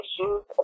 issues